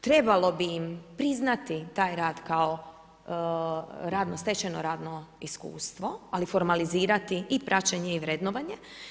Trebalo bi im priznati taj rad kao stečeno radno iskustvo, ali formalizirati i praćenje i vrednovanje.